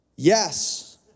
Yes